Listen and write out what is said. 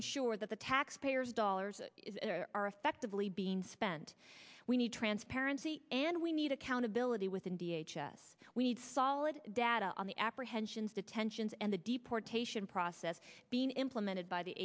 ensure that the taxpayers dollars are effectively being spent we need transparency and we need accountability within d h s s we need solid data on the apprehensions detentions and the deportation process being implemented by the